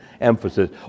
emphasis